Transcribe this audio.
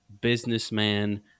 businessman